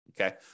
okay